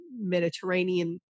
Mediterranean